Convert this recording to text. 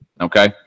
Okay